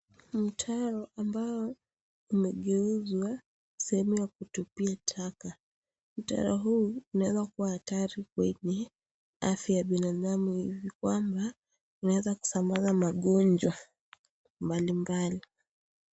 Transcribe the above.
Mtaro ambao umegeuzwa sehemu ya kutupia taka mtaro huu unaweza kuwa hatari kwenye afya ya binadamu, hivi kwamba unaweza kusambaza magonjwa mbalimbali.